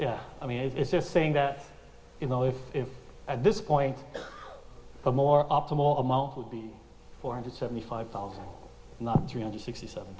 yes i mean if they're saying that you know if at this point a more optimal amount would be four hundred seventy five dollars not three hundred sixty seven